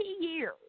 years